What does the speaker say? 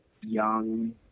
young